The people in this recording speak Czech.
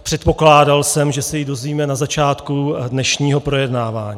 Předpokládal jsem, že se ji dozvíme na začátku dnešního projednávání.